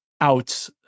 out